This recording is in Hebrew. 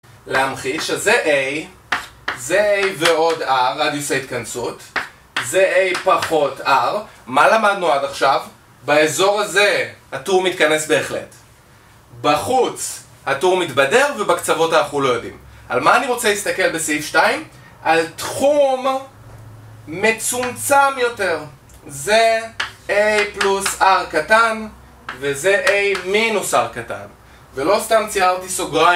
להמחיש שזה a, זה a ועוד r, רדיוס ההתכנסות, זה a פחות r. מה למדנו עד עכשיו? באזור הזה, הטור מתכנס בהחלט. בחוץ, הטור מתבדר ובקצוות אנחנו לא יודעים. על מה אני רוצה להסתכל בסעיף 2? על תחום מצומצם יותר. זה a פלוס r קטן וזה a מינוס r קטן ולא סתם ציירתי סוגריים